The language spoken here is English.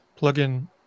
plugin